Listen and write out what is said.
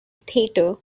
theatre